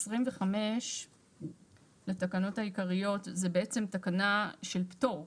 25 לתקנות העיקריות זו בעצם תקנה של פטור.